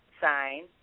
sign